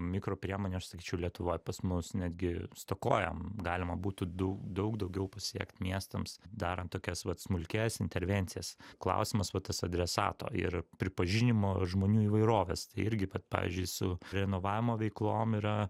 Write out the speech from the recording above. mikropriemonių aš sakyčiau lietuvoj pas mus netgi stokojam galima būtų dau daug daugiau pasiekt miestams darant tokias vat smulkias intervencijas klausimas va tas adresato ir pripažinimo žmonių įvairovės tai irgi vat pavyzdžiui su renovavimo veiklom yra